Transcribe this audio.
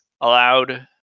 allowed